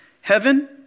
Heaven